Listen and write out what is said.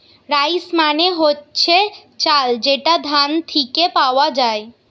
rice মানে হচ্ছে চাল যেটা ধান থিকে পাওয়া যায়